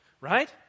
right